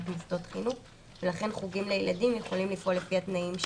מוסדות חינוך) ולכן חוגים לילדים יכולים לפעול לפי התנאים שם.